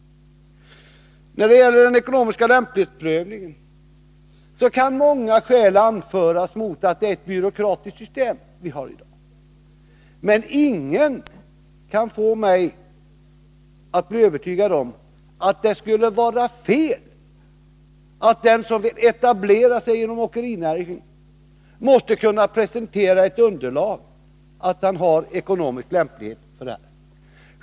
När det gäller den ekonomiska lämplighetsprövningen kan många skäl anföras mot det byråkratiska system vii dag har. Men ingen kan få mig att bli övertygad om att det skulle vara fel att den som vill etablera sig inom åkerinäringen måste kunna presentera ett underlag som visar att han med hänsyn till ekonomin är lämplig för det.